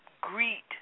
greet